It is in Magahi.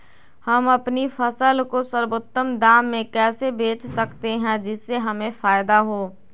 हम अपनी फसल को सर्वोत्तम दाम में कैसे बेच सकते हैं जिससे हमें फायदा हो?